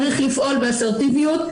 צריך לפעול באסרטיביות,